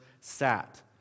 sat